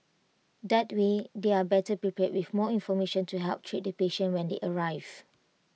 that way they are better prepared with more information to help treat the patient when they arrive